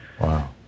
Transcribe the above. Wow